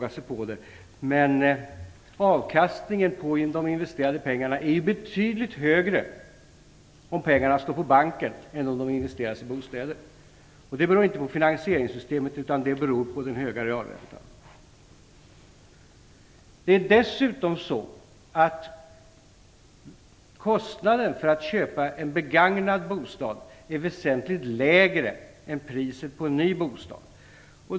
Avkastningen på de investerade pengarna är betydligt större om pengarna står på banken än om de investeras i bostäder. Det beror inte på finansieringssystemet utan på den höga realräntan. Kostnaden för att köpa en begagnad bostad är dessutom väsentligt lägre än för en ny bostad.